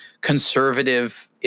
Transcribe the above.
conservative